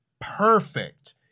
perfect